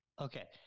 Okay